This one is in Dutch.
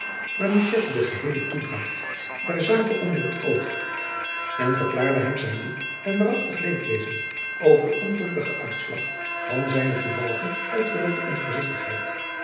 de geheele toedragt der zake onder het oog en verklaarde hem zijn diep en waarachtig leedwezen over den ongelukkigen uitslag van zijne toevallige uitgelokte